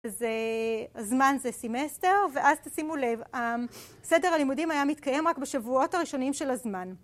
זה זמן זה סמסטר, ואז תשימו לב, סדר הלימודים היה מתקיים רק בשבועות הראשונים של הזמן.